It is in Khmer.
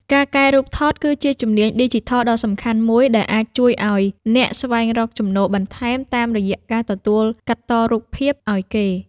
ការកែរូបថតគឺជាជំនាញឌីជីថលដ៏សំខាន់មួយដែលអាចជួយឱ្យអ្នកស្វែងរកចំណូលបន្ថែមតាមរយៈការទទួលកាត់តរូបភាពឱ្យគេ។